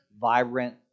vibrant